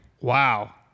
Wow